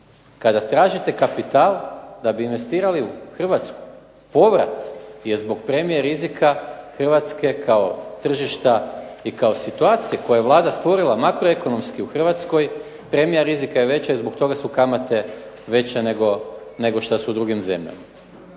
kada tražite kapital da bi investirali u Hrvatsku, povrat je zbog premije rizika Hrvatske kao tržišta, i kao situacije koju je Vlada stvorila makroekonomski u Hrvatskoj, premija rizika je veća i zbog toga su kamate veće nego šta su u drugim zemljama.